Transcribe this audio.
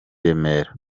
remera